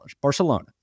Barcelona